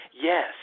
Yes